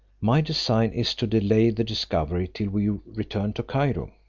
my design is to delay the discovery till we return to cairo.